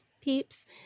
peeps